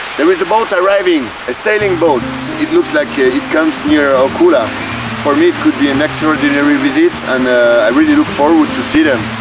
there is about arriving a sailing boat it it looks like it it comes near hokula for me it could be an extraordinary visit and i really look forward to see them